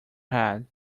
head